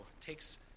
takes